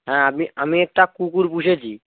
হ্যাঁ আমি আমি একটা কুকুর পুষেছি